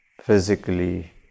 physically